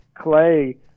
Clay